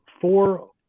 four